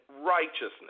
righteousness